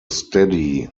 steady